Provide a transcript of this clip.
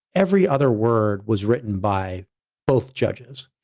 every other word was written by both judges.